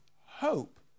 hope